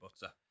butter